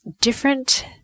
different